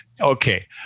Okay